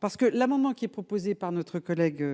parce que l'amendement qui est proposé par notre collègue